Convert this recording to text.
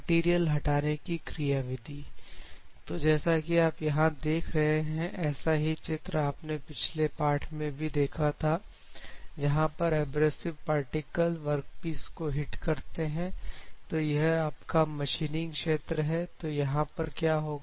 material हटाने की क्रिया विधि तो जैसा कि आप यहां देख रहे हैं ऐसा ही चित्र आपने पिछले पाठ में भी देखा था जहां पर एब्रेजिव पार्टिकल वर्कपीस को हिट करते हैं तो यह आपका मशीनिंग क्षेत्र है तो यहां पर क्या होगा